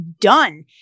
done